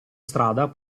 strada